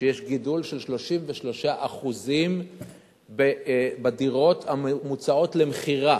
שיש גידול של 33% בדירות המוצעות למכירה.